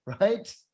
right